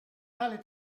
tale